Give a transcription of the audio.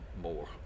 more